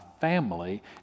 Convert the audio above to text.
family